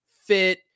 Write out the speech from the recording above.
fit